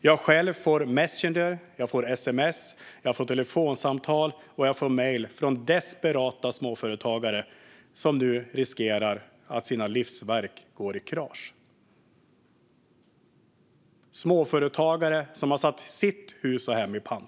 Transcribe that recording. Jag själv får meddelanden på Messenger, sms, telefonsamtal och mejl från desperata småföretagare som nu riskerar att se sina livsverk gå i kras. Det är småföretagare som har satt sitt hus och hem i pant.